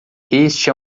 este